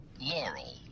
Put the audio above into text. Laurel